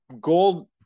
gold